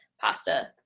pasta